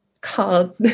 called